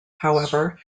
however